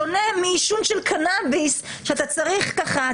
שונה מעישון של קנאביס שאתה צריך ככה,